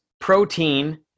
protein